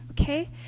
Okay